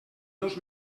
dos